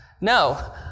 No